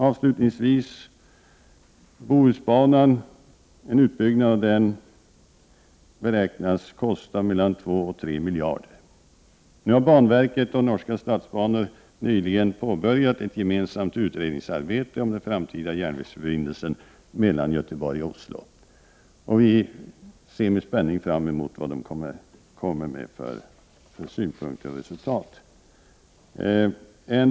Avslutningsvis: En utbyggnad av Bohusbanan beräknas kosta mellan 2 och 3 miljarder kronor. Banverket och Norska statsbanor har nyligen påbörjat ett gemensamt utredningsarbete om den framtida järnvägsförbindelsen mellan Göteborg och Oslo. Vi ser med spänning fram emot resultaten av den utredningen.